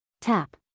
Tap